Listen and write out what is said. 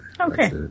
Okay